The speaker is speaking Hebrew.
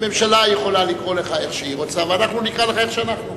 הממשלה יכולה לקרוא לך איך שהיא רוצה ואנחנו נקרא לך איך שאנחנו רוצים.